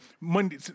Monday